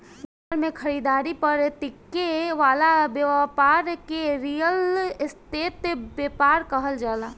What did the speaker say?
घर के खरीदारी पर टिके वाला ब्यपार के रियल स्टेट ब्यपार कहल जाला